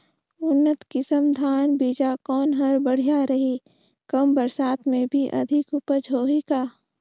उन्नत किसम धान बीजा कौन हर बढ़िया रही? कम बरसात मे भी अधिक उपज होही का?